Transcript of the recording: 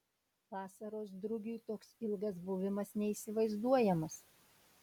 vasaros drugiui toks ilgas buvimas neįsivaizduojamas